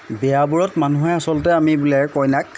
বিয়াবোৰত মানুহে আচলতে আমিবিলাকে কইনাক